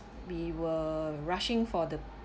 we were rushing for the